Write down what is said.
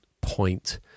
point